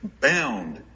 bound